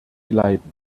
leiden